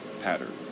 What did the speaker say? pattern